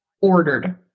ordered